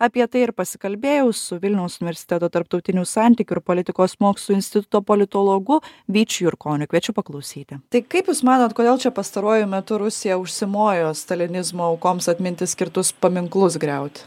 apie tai ir pasikalbėjau su vilniaus universiteto tarptautinių santykių ir politikos mokslų instituto politologu vyčiu jurkoniu kviečiu paklausyti tai kaip jūs manot kodėl čia pastaruoju metu rusija užsimojo stalinizmo aukoms atminti skirtus paminklus griaut